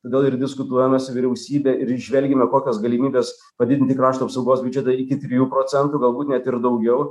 todėl ir diskutuojame su vyriausybe ir žvelgiame kokios galimybės padidinti krašto apsaugos biudžetą iki trijų procentų galbūt net ir daugiau